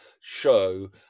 show